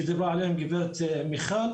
שדיברה עליהם גב' מיכל.